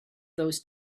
those